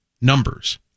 numbers